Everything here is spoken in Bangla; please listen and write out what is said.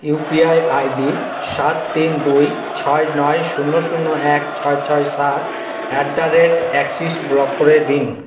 ইউপিআই আইডি সাত তিন দুই ছয় নয় শূন্য শূন্য এক ছয় ছয় সাত at the rate Axis block করে দিন